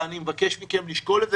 ואני מבקש מכם לשקול את זה.